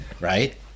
Right